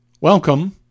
Welcome